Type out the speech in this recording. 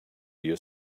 your